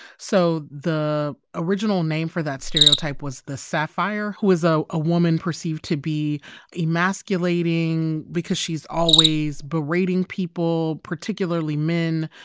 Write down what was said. so the original name for that stereotype was the sapphire, who is a ah woman perceived to be emasculating because she's always berating people, particularly men,